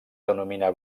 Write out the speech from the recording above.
denomina